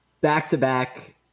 back-to-back